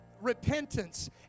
repentance